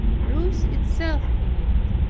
lose itself in it,